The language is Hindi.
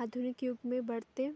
आधुनिक युग में बढ़ते